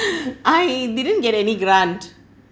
I didn't get any grant